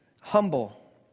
humble